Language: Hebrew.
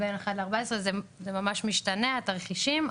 זה ממש משתנה התרחישים,